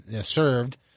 served